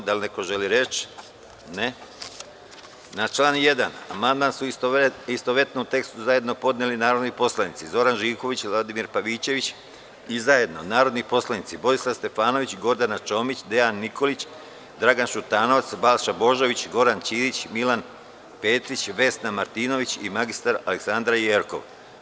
Da li neko želi reč? (Ne) Na član 1. amandman su, u istovetnom tekstu, zajedno podneli narodni poslanici Zoran Živković i Vladimir Pavićević i zajedno narodni poslanici Borislav Stefanović, Gordana Čomić, Dejan Nikolić, Dragan Šutanovac, Balša Božović, Goran Ćirić, Milan Petrić, Vesna Martinović i mr Aleksandra Jerkov.